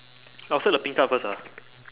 I'll start the pink card first ah